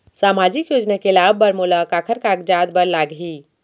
सामाजिक योजना के लाभ बर मोला काखर कागजात बर लागही?